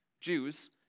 Jews